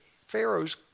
Pharaoh's